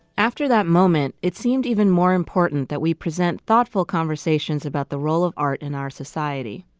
after that moment, it seemed even more important that we present thoughtful conversations about the role of art in our society.